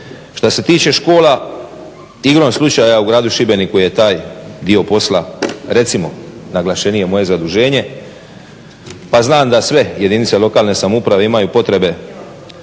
Što se tiče škola igrom slučaja u gradu Šibeniku je taj dio posla recimo naglašenije moje zaduženje pa znam da sve jedinice lokalne samouprave imaju potrebe